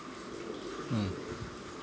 mm